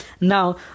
now